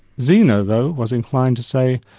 zeno, though, was inclined to say,